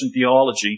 theology